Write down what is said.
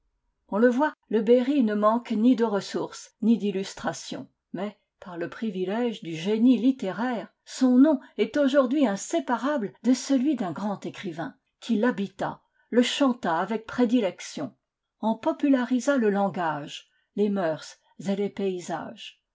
on le voit le berry ne manque ni de ressources ni d'illustrations mais par le privilège du génie littéraire son nom est aujourd'hui inséparable de celui d'un grand écrivain qui l'habita le chanta avec prédilection en popu larisa le langage les mœurs et les paysages